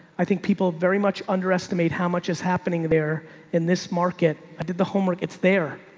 i think people very much underestimate how much is happening there in this market. i did the homework, it's there.